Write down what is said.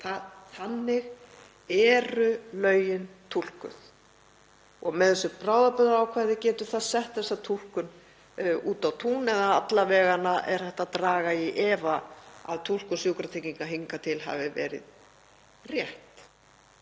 Þannig eru lögin túlkuð. Með þessu bráðabirgðaákvæði getur það sett þessa túlkun út á tún eða alla vega er hægt að draga í efa að túlkun Sjúkratrygginga hingað til hafi verið rétt.